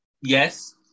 Yes